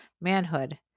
manhood